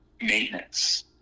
maintenance